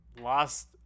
lost